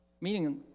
meaning